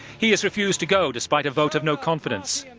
he has refused to go despite a vote of no confidence.